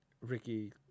Ricky